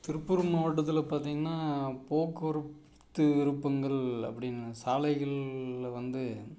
திருப்பூர் மாவட்டத்தில் பார்த்தீங்கன்னா போக்குவரத்து விருப்பங்கள் அப்படின்னு சாலைகளில் வந்து